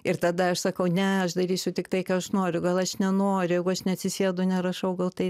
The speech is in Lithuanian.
ir tada aš sakau ne aš darysiu tiktai ką noriu gal aš nenoriu jeigu aš neatsisėdu nerašau gal tai